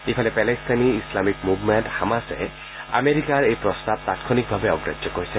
ইফালে পেলেষ্টাইনী ইছলামিক মুভমেণ্ট হামাছে আমেৰিকাৰ এই প্ৰস্তাৱক তাৎক্ষণিকভাৱে অগ্ৰাহ্য কৰিছে